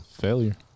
failure